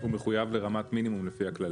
הוא מחויב ברמת מינימום לפי הכללים.